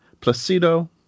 Placido